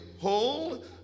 hold